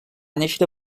néixer